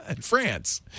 France